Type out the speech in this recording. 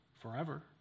forever